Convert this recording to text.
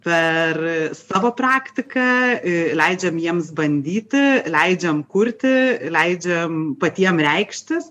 per savo praktiką leidžiam jiems bandyti leidžiam kurti leidžiam patiem reikštis